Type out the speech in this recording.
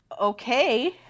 Okay